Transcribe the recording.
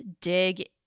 dig